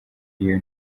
iyo